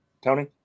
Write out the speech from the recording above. Tony